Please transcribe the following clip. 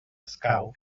escau